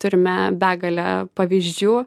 turime begalę pavyzdžių